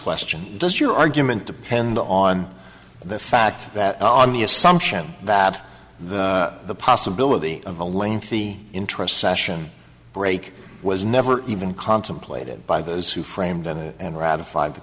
question does your argument depend on the fact that on the assumption that the possibility of a lengthy interest session break was never even contemplated by those who framed ratified the